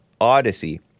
Odyssey